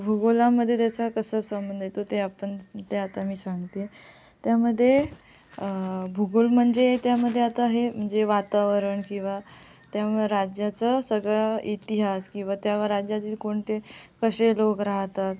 भूगोलामध्ये त्याचा कसा संबंध येतो ते आपण ते आता मी सांगते त्यामध्ये भूगोल म्हणजे त्यामध्ये आता हे म्हणजे वातावरण किंवा त्यामुळे राज्याचा सगळा इतिहास किंवा त्या व राज्याची कोणते कसे लोक राहतात